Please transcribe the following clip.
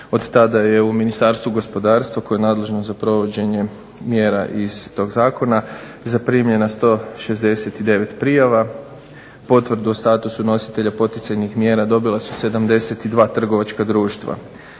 od tada je u Ministarstvu gospodarstva koje je nadležno za provođenje mjera iz tog zakona zaprimljena 169 prijava. Potvrdu o statusu nositelja poticajnih mjera dobila su 72 trgovačka društva.